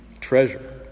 treasure